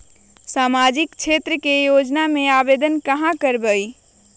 सामाजिक क्षेत्र के योजना में आवेदन कहाँ करवे?